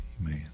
Amen